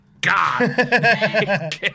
God